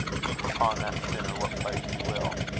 heap upon that sinner what plagues you will.